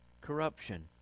corruption